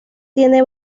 tiene